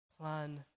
plan